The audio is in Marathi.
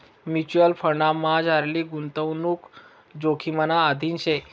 म्युच्युअल फंडमझारली गुताडणूक जोखिमना अधीन शे